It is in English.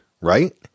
right